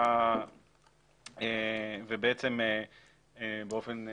ובעצם באופן מיידי,